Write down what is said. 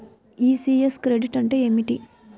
ECS credit అంటే ఏమిటి?